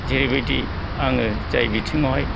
जेरैबायदि आङो जाय बिथिङावहाय